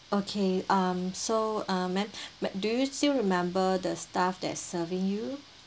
okay um so um ma'am do you still remember the staff that serving you